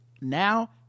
now